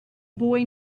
boy